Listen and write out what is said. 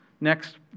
next